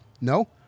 no